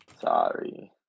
Sorry